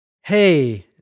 Hey